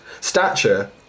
stature